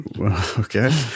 Okay